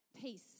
Peace